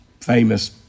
famous